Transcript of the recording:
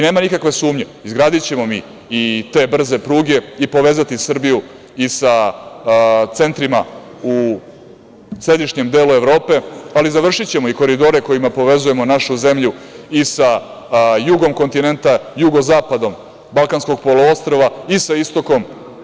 Nema nikakve sumnje, izgradićemo mi i te brze pruge i povezati Srbiju i sa centrima u središnjem delu Evrope, ali završićemo i koridore kojima povezujemo našu zemlju i sa jugom kontinenta, jugozapadom Balkanskog poluostrva i sa istokom.